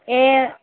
એ